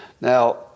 Now